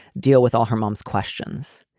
deal with all her mom's questions.